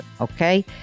okay